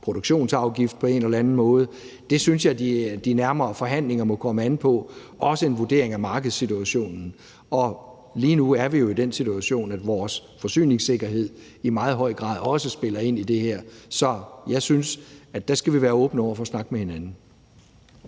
produktionsafgift på en eller anden måde. Det synes jeg de nærmere forhandlinger må komme an på – også en vurdering af markedssituationen. Lige nu er vi jo i den situation, at vores forsyningssikkerhed i meget høj grad også spiller ind i det her. Så jeg synes, at der skal vi være åbne over for at snakke med hinanden.